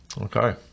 Okay